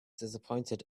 disappointed